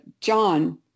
john